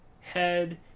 head